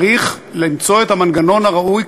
צריך למצוא את המנגנון הראוי,